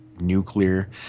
nuclear